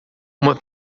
uma